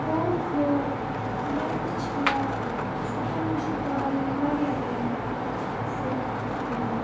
کھو کھو یَکہٕ چھا چھُپَن چھُپاٮٔی واریاہ واریاہ اصل کھیل